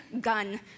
gun